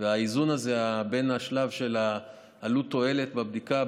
והאיזון הזה בין השלב של עלות תועלת בבדיקה.